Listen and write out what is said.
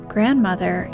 Grandmother